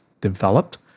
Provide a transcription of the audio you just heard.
developed